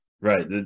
Right